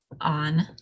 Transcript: On